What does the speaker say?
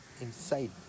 inside